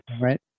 right